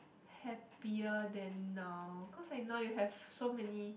happier than now cause like now you have so many